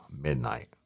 midnight